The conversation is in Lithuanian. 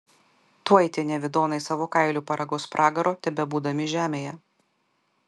tuoj tie nevidonai savo kailiu paragaus pragaro tebebūdami žemėje